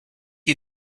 you